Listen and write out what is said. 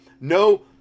no